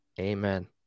amen